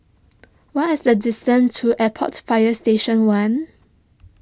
what is the distance to Airport Fire Station one